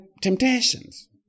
temptations